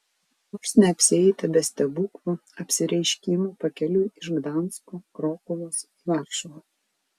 nors neapsieita be stebuklų apsireiškimų pakeliui iš gdansko krokuvos į varšuvą